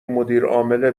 مدیرعامل